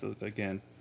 again